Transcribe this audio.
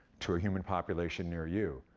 to a human population near you,